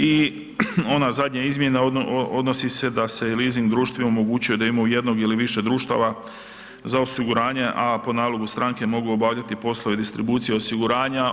I ona zadnja izmjena odnosi se da se leasing društvu omogućuje da ima u jednog ili više društava za osiguranje, a po nalogu stranke mogu obavljati poslovi distribucije osiguranja.